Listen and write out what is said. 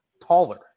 taller